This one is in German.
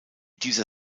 dieser